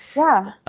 yeah.